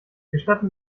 gestatten